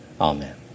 Amen